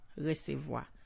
recevoir